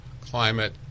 climate